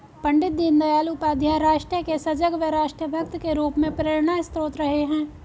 पण्डित दीनदयाल उपाध्याय राष्ट्र के सजग व राष्ट्र भक्त के रूप में प्रेरणास्त्रोत रहे हैं